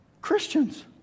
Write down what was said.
Christians